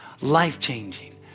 Life-changing